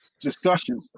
discussion